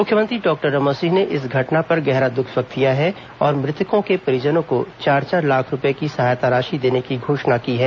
मुख्यमंत्री डॉक्टर रमन सिंह ने इस घटना पर गहरा दुख व्यक्त किया है और मृतकों के परिजनों को चार चार लाख रूपये की सहायता राशि देने की घोषणा की है